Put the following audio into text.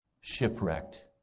Shipwrecked